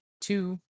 two